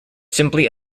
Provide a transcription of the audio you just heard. simply